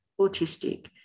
Autistic